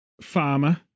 Farmer